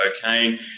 cocaine